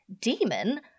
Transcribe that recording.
demon